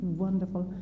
wonderful